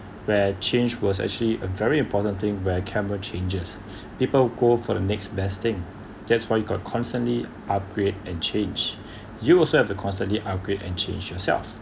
where change was actually a very important thing where camera changes people go for the next best thing that's why you got constantly upgrade and change you also have to constantly upgrade and change yourself